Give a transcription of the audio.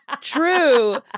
true